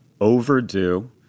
overdue